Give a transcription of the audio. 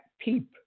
peep